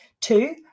Two